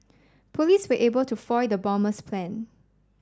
police were able to foil the bomber's plan